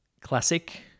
classic